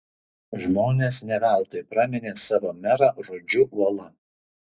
žmonės ne veltui praminė savo merą rudžiu uola